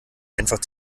einfach